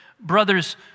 Brothers